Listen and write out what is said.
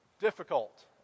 difficult